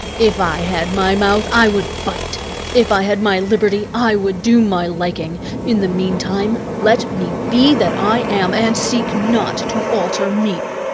if i had my mouth, i would bite if i had my liberty, i would do my liking in the meantime, let me be that i am, and seek not to alter me.